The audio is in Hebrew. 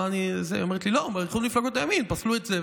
היא אומרת לי: באיחוד מפלגות הימין פסלו את זה,